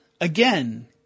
again